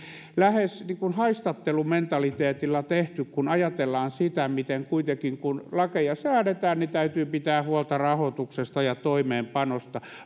lähes niin kuin haistattelumentaliteetilla tehty kun ajatellaan sitä miten kuitenkin kun lakeja säädetään täytyy pitää huolta rahoituksesta ja toimeenpanosta